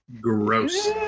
Gross